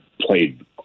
played